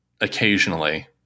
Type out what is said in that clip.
occasionally